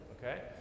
okay